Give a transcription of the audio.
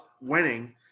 winning